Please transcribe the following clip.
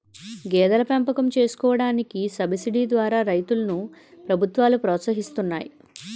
గేదెల పెంపకం చేసుకోడానికి సబసిడీ ద్వారా రైతులను ప్రభుత్వాలు ప్రోత్సహిస్తున్నాయి